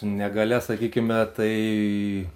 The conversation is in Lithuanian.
negalia sakykime tai